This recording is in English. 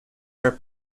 were